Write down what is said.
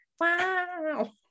Wow